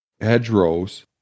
hedgerows